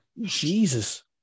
Jesus